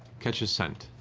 catch a scent,